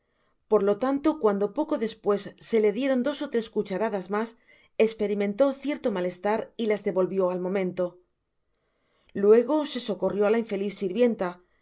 por lo tanto cuando poco despues se le dieron dos ó tres cucharadas mas esperimentó cierto mal estar y las devolvió al momento luego se socorrió á la infeliz sirvienta